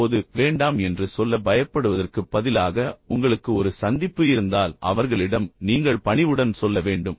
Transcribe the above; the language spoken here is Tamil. இப்போது வேண்டாம் என்று சொல்ல பயப்படுவதற்குப் பதிலாக உங்களுக்கு ஒரு சந்திப்பு இருந்தால் அவர்களிடம் நீங்கள் பணிவுடன் சொல்ல வேண்டும்